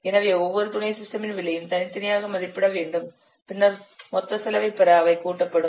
எனவே ஒவ்வொரு துணை சிஸ்டமின் விலையையும் தனித்தனியாக மதிப்பிட வேண்டும் பின்னர் மொத்த செலவைப் பெற அவை கூட்டப்படும்